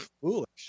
foolish